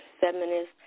feminist